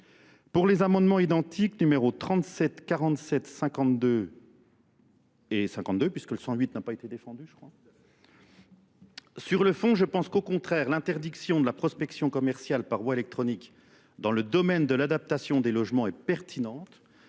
Pour les amendements identiques numéro 37 47 52 et 52 puisque le 108 n'a pas été défendu je crois. Sur le fond je pense qu'au contraire l'interdiction de la prospection commerciale par voie électronique dans le domaine de l'adaptation des logements est pertinente